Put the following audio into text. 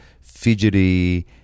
fidgety